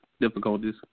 difficulties